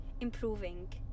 improving